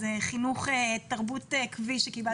זה חינוך ותרבות כביש שקיבלתי,